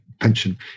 pension